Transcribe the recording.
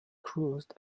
cruised